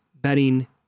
Betting